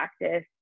practice